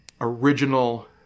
original